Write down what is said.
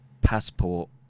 passport